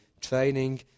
training